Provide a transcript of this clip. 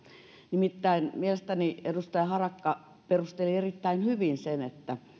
nimittäin mielestäni edustaja harakka perusteli erittäin hyvin sen